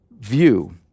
view